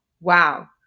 wow